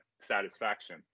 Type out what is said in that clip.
satisfaction